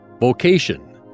Vocation